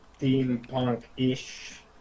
steampunk-ish